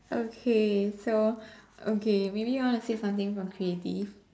okay so okay maybe you want to say something from creative